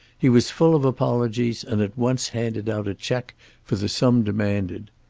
he was full of apologies and at once handed out a cheque for the sum demanded.